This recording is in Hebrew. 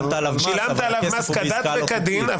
שילמת עליו מס כדת וכדין,